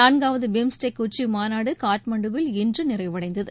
நான்காவது பிம்ஸ்டெக் உச்சிமாநாடு காட்மாண்டுவில் இன்று நிறைவடைந்தது